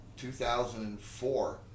2004